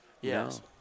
Yes